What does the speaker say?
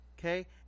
okay